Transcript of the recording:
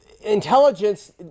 intelligence